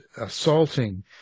assaulting